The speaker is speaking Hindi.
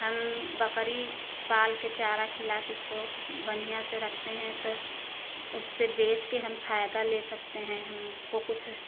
हम बकरी पाल के चारा खिला के उसको बढियाँ से रखते हैं तो उसे बेच के हम फायदा ले सकते हैं हमको कुछ